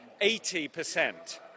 80%